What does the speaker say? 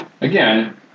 Again